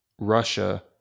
Russia